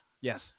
Yes